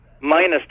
minus